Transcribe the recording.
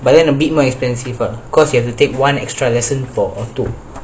but then a bit more expensive lah cause you have to take one extra lesson for auto